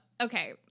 Okay